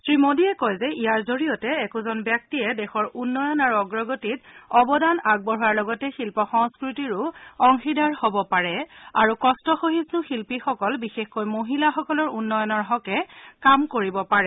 শ্ৰীমোদীয়ে কয় যে ইয়াৰ জৰিয়তে একোজন ব্যক্তিয়ে দেশৰ উন্নয়ন আৰু অগ্ৰগতিত অৱদান আগবঢ়োৱাৰ লগতে শিল্প সংস্কৃতিৰে অংশীদাৰ হ'ব পাৰে আৰু কষ্টসহিয়ুঃ শিল্পীসকলবিশেষকৈ মহিলাসকলৰ উন্নয়নৰ বাবে কাম কৰিব পাৰে